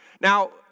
Now